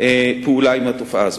פעולה עם התופעה הזאת.